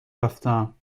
رفتتم